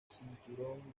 cinturón